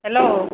hello